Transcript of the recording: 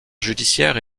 judiciaire